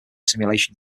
simulation